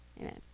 Amen